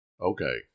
Okay